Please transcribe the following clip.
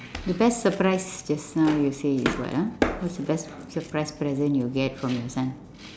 the best surprise just now you say is what ah what's the best surprise present you get from your son